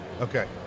Okay